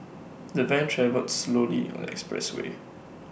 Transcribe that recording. the van travelled slowly on the expressway